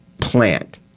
plant